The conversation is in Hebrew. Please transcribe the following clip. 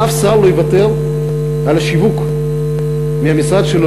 אף שר לא יוותר על השיווק מהמשרד שלו,